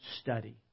study